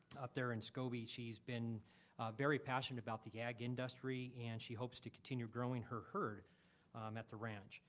up there in scobey. she's been very passionate about the yak industry and she hopes to continue growing her herd at the ranch.